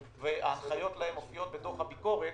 שההנחיות אליהם מופיעות בתוך הביקורת,